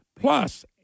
plus